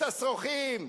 את השרוכים,